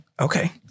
Okay